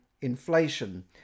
inflation